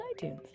iTunes